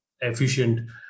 efficient